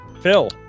Phil